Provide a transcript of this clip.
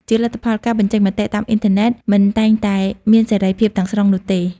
ជាលទ្ធផល ការបញ្ចេញមតិតាមអ៊ីនធឺណិតមិនតែងតែមានសេរីភាពទាំងស្រុងនោះទេ។